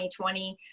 2020